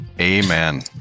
amen